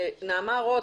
נעמה רוט,